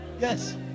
yes